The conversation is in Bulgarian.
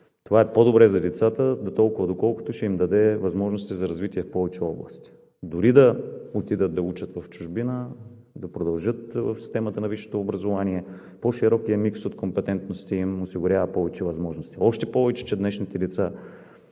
Това е по добре за децата дотолкова, доколкото ще им даде възможности за развитие в повече области. Дори да отидат да учат в чужбина, да продължат в системата на висшето образование, по-широкият микс от компетентности им осигурява повече възможности. Още повече, че днешните деца